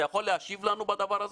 אתה יכול להשיב לנו על הדבר הזה?